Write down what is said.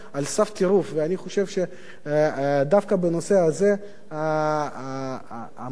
ואני חושב שדווקא בנושא הזה המנהיגות שאפשר